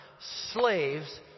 slaves